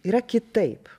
yra kitaip